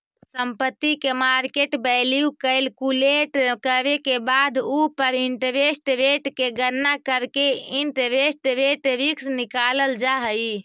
संपत्ति के market value calculate करे के बाद उ पर इंटरेस्ट रेट के गणना करके इंटरेस्ट रेट रिस्क निकालल जा हई